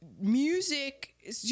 Music